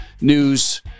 news